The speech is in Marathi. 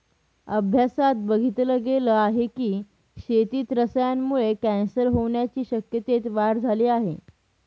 अभ्यासात बघितल गेल आहे की, शेतीत रसायनांमुळे कॅन्सर होण्याच्या शक्यतेत वाढ झाली आहे